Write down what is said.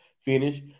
finish